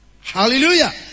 Hallelujah